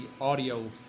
audio